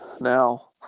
Now